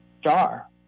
star